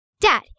Dad